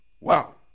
Wow